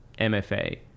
MFA